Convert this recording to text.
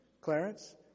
Clarence